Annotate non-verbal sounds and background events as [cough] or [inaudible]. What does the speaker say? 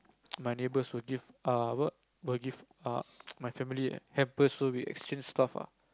[noise] my neighbors will give uh what will give uh [noise] my family hampers so we exchange stuff ah